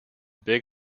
big